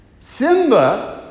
Simba